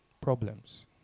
problems